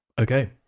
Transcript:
Okay